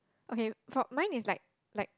okay for mine is like like